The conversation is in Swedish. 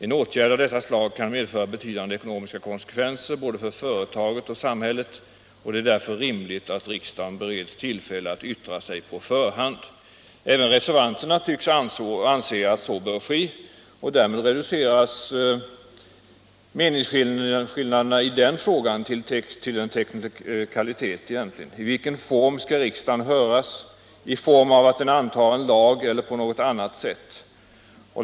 En åtgärd av detta slag kan medföra betydande ekonomiska konsekvenser både för företaget och för samhället, och det är därför rimligt att riksdagen bereds tillfälle att yttra sig på förhand. Även reservanterna tycks anse att så bör ske. Därmed reduceras meningsskillnaderna i den frågan till en teknikalitet: I vilken form skall riksdagen höras — i form av att den antar en lag eller på något annat sätt?